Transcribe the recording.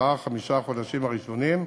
בארבעת-חמשת החודשים הראשונים,